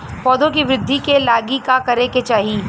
पौधों की वृद्धि के लागी का करे के चाहीं?